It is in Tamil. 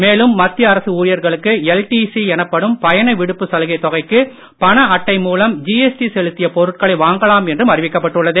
மேலும் மத்திய அரசு ஊழியர்களுக்கு எல்டிசி எனப்படும் பயணவிடுப்பு சலுகை தொகைக்கு பண அட்டை மூலம் ஜிஎஸ்டி செலுத்திய பொருட்களை வாங்கலாம் என்றும் அறிவிக்கப்பட்டுள்ளது